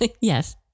Yes